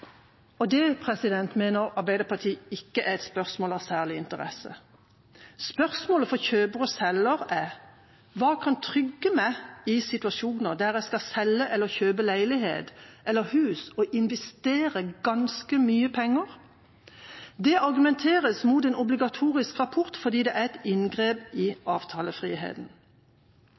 Det mener Arbeiderpartiet ikke er et spørsmål av særlig interesse. Spørsmålet for kjøper og selger er: Hva kan trygge meg i situasjoner der jeg skal selge eller kjøpe leilighet eller hus og investere ganske mye penger? Det argumenteres mot en obligatorisk rapport fordi det er et inngrep i